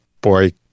boy